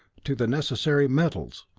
to the necessary metals.